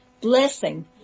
blessing